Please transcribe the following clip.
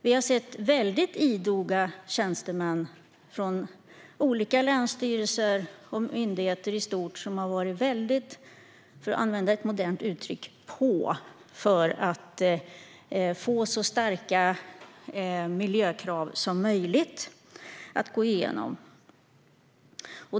Vi har sett hur idoga tjänstemän på länsstyrelser och myndigheter i stort har varit väldigt "på", för att använda ett modernt uttryck, för att få så starka miljökrav som möjligt att gå igenom.